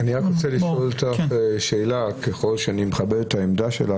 אני רוצה לשאול אותך שאלה: ככל שאני מכבד את העמדה שלך,